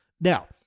Now